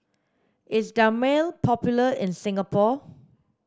is Dermale popular in Singapore